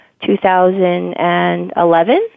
2011